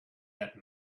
that